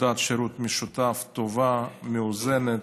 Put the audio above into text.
פקודת שירות משותף טובה, מאוזנת,